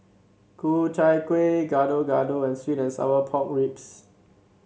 Ku Chai Kuih Gado Gado and sweet and Sour Pork Ribs